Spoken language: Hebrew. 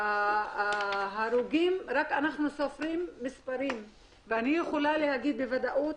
אנחנו סופרים מספרים ואני יכולה להגיד בוודאות